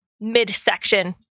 midsection